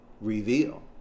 reveal